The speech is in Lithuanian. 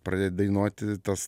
pradėt dainuoti tas